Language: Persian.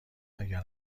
اگر